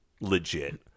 legit